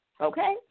okay